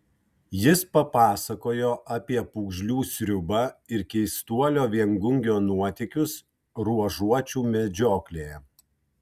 jis papasakojo apie pūgžlių sriubą ir keistuolio viengungio nuotykius ruožuočių medžioklėje